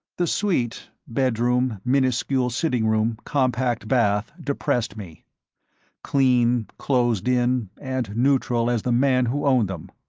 the suite bedroom, minuscule sitting-room, compact bath depressed me clean, closed-in and neutral as the man who owned them,